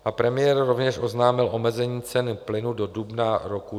A premiér rovněž oznámil omezení ceny plynu do dubna roku 2022.